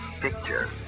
picture